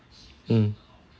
mm